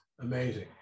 Amazing